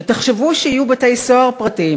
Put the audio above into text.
ותחשבו שיהיו בתי-סוהר פרטיים,